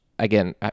Again